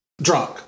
drunk